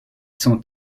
sont